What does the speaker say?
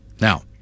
Now